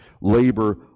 labor